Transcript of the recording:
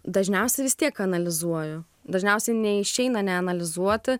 dažniausia vis tiek analizuoju dažniausia neišeina neanalizuoti